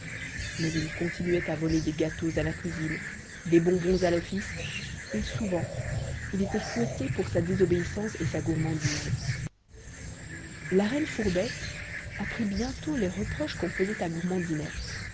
mais il continuait à voler des gâteaux à la cuisine des bonbons à l'office et souvent il était fouetté pour sa désobéissance et sa gourmandise la reine fourbette apprit bientôt les reproches qu'on faisait à gourmandinet